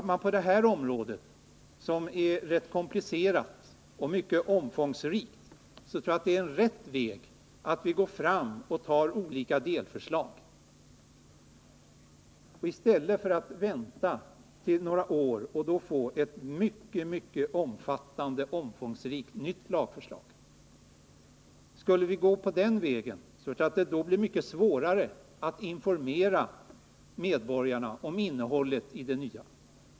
På det här området, som är rätt komplicerat och mycket omfattande, tror jag att den rätta vägen är att ta olika delförslag i stället för att vänta några år och få ett mycket omfångsrikt nytt lagförslag. Skulle vi gå på den senare vägen, skulle det troligen bli mycket svårare att informera medborgarna om innehållet i det nya förslaget.